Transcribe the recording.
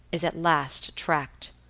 is at last tracked.